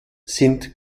sind